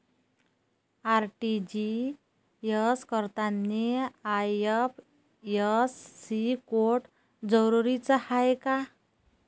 RTGS करतांनी IFSC code जरुरीचा हाय का?